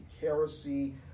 heresy